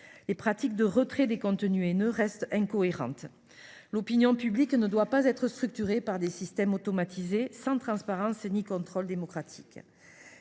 les pratiques de retrait des contenus haineux sont incohérentes. L’opinion publique ne doit pas être structurée par des systèmes automatisés, sans transparence ni contrôle démocratique.